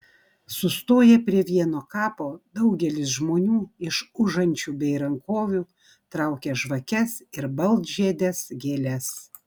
sustoję prie vieno kapo daugelis žmonių iš užančių bei rankovių traukia žvakes ir baltžiedes gėles